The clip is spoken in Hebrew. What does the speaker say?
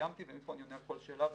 סיימתי ומפה אני אענה על כל שאלה וסליחה.